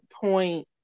point